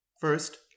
First